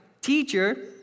teacher